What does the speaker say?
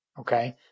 Okay